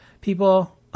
people